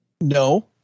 No